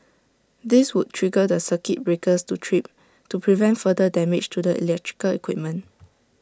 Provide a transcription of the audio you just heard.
this would trigger the circuit breakers to trip to prevent further damage to the electrical equipment